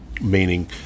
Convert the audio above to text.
meaning